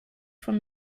von